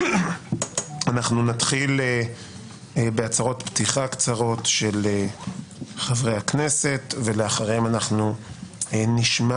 נתחיל בהצהרות פתיחה קצרות של חברי הכנסת ולאחריהן אנחנו נשמע